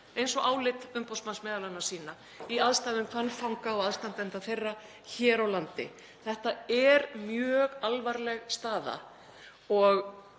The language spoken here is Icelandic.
eins og álit umboðsmanns sýna, m.a. í aðstæðum kvenfanga og aðstandenda þeirra hér á landi. Þetta er mjög alvarleg staða.